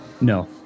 No